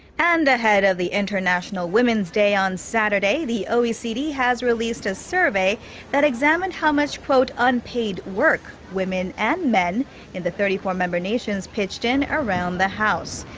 and ahead of the international women's day on saturday. the oecd has released a survey that examined how much quote unpaid work women and men in the thirty four member nations pitched in around the house.